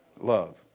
Love